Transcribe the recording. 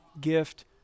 gift